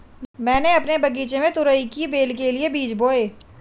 मैंने अपने बगीचे में तुरई की बेल के लिए बीज बोए